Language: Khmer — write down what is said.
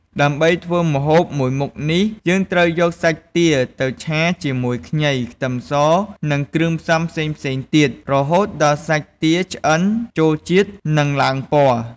ដើម្បីធ្វើម្ហូបមួយមុខនេះ យើងត្រូវយកសាច់ទាទៅឆាជាមួយខ្ញី ខ្ទឹមស និងគ្រឿងផ្សំផ្សេងៗទៀត រហូតដល់សាច់ទាឆ្អិនចូលជាតិ និងឡើងពណ៌។